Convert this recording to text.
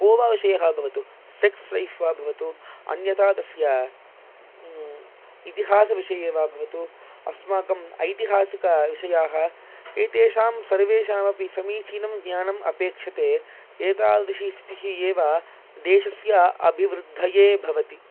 को वा विषयः वा भवतु सेक्स् लैफ़् वा भवतु अन्यथा तस्य इतिहासविषये वा भवतु अस्माकम् ऐतिहासिकविषयाः एतेषां सर्वेषाम् अपि समीचीनं ज्ञानम् अपेक्षते एतादृशी स्थितिः एव देशस्य अभिवृद्धये भवति